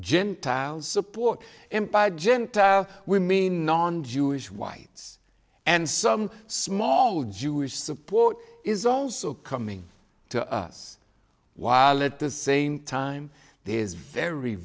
gentiles support him by gentile we mean non jewish whites and some small jewish support is also coming to us while at the same time there is very